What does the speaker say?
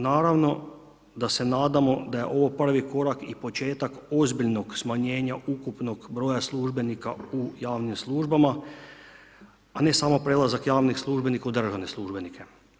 Naravno, da se nadamo da je ovo prvi korak i početak ozbiljnog smanjenja ukupnog broja službenika u javnim službama, a ne samo prelazak javnih službenika u državne službenike.